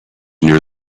near